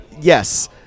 Yes